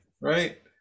right